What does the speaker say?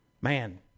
Man